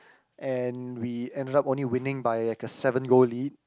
and we ended up only winning by like a seven goal lead